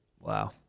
Wow